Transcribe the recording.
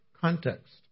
context